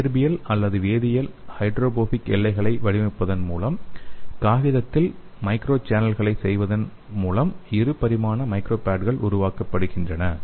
இயற்பியல் அல்லது வேதியியல் ஹைட்ரோபோபிக் எல்லைகளை வடிவமைப்பதன் மூலம் காகிதத்தில் மைக்ரோ சேனல்களை செய்வதன் மூலம் இரு பரிமாண மைக்ரோ பேட்கள் உருவாக்கப்படுகின்றன